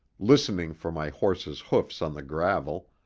listening for my horse's hoofs on the gravel,